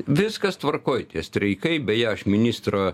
viskas tvarkoj tie streikai beje aš ministrą